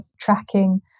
tracking